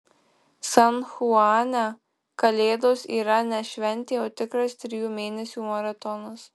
san chuane kalėdos yra ne šventė o tikras trijų mėnesių maratonas